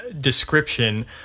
description